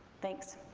thanks.